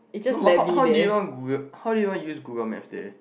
no but how how did you even Google how did you even use Google maps there